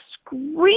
scream